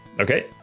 okay